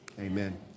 Amen